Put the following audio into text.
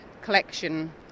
collection